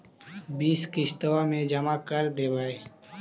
बिस किस्तवा मे जमा कर देवै?